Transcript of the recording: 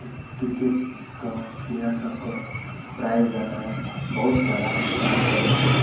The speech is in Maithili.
क्रिकेटके प्लेअर सब कऽ प्राइज देनाइ बहुत सारा काम करैत छै